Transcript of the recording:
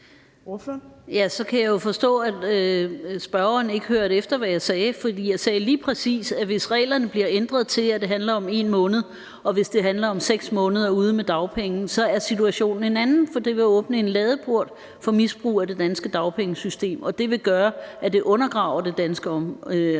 Ja, så kan jeg jo forstå, at spørgeren ikke hørte efter, hvad jeg sagde. For jeg sagde lige præcis, at hvis reglerne bliver ændret til, at det handler om 1 måneds optjening og om 6 måneder med dagpenge, så er situationen en anden, for det vil åbne en ladeport for misbrug af det danske dagpengesystem – og det vil undergrave det danske